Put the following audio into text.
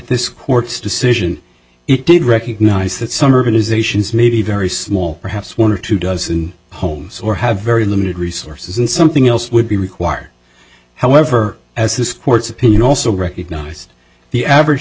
this court's decision it did recognize that some urbanization is maybe very small perhaps one or two dozen homes or have very limited resources and something else would be required however as this court's opinion also recognized the average